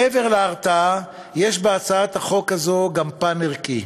מעבר להרתעה יש בהצעת החוק הזאת גם פן ערכי.